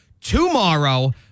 Tomorrow